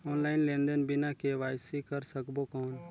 Online लेनदेन बिना KYC कर सकबो कौन??